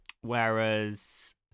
whereas